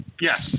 Yes